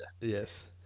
Yes